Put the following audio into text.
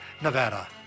Nevada